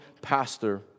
pastor